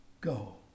go